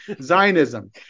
Zionism